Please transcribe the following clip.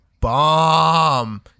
bomb